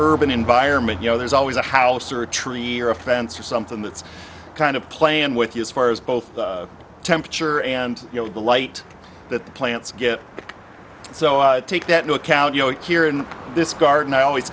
urban environment you know there's always a house or a tree or a fence or something that's kind of playing with you as far as both temperature and you know the light that the plants get so i take that into account you know here in this garden i always